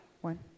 One